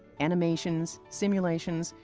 animations, simulations,